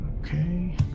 Okay